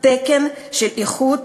תקן של איכות,